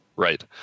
Right